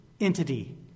entity